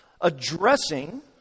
addressing